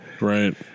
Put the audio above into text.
right